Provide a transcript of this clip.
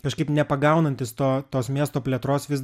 kažkaip nepagaunantys to tos miesto plėtros vis